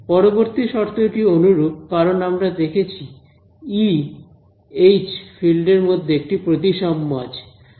পরবর্তী শর্তটি অনুরূপ কারণ আমরা দেখেছি ই এইচ ফিল্ড এর মধ্যে একটি প্রতিসাম্য আছে